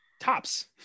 tops